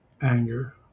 anger